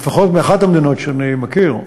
לפחות באחת מהמדינות שאני מכיר,